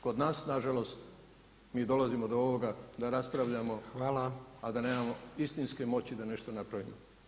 Kod nas nažalost, mi dolazimo do ovoga da raspravljamo a da nemamo istinske moći da nešto napravimo.